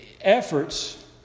efforts